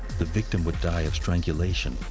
the victim would die of strangulation,